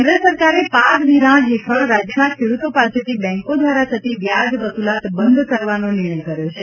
કેન્દ્ર સરકારે પાક ધિરાણ હેઠળ રાજ્યના ખેડૂતો પાસેથી બેંકો દ્વારા થતી વ્યાજ વસુલાત બંધ કરવાનો નિર્ણય કર્યો છે